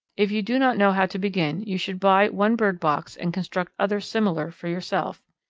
if you do not know how to begin, you should buy one bird box and construct others similar for yourself.